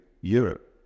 Europe